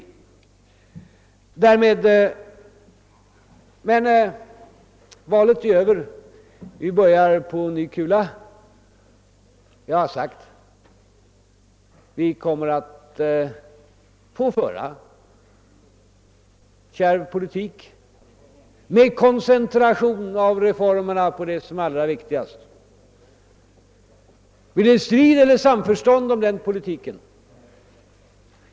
Nu är emellertid valet över och vi börjar på ny kula. Jag har sagt att vi kommer att få föra en kärv politik med koncentration av reformerna på det som är allra viktigast. Blir det strid eller samförstånd om den politiken?